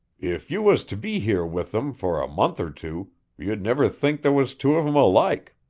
if you was to be here with em for a month or two you'd niver think there was two of em alike.